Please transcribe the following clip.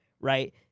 right